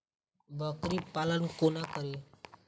बकरी पालन कोना करि?